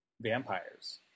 vampires